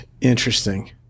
Interesting